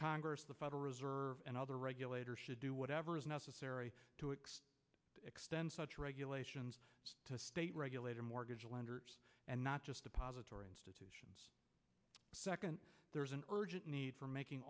congress the federal reserve and other regulator should do whatever is necessary to extend such regulations to state regulator mortgage lender and not just depository institutions second there is an urgent need for making